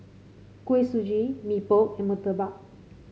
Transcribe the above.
Kuih Suji Mee Pok and murtabak